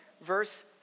Verse